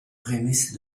prémices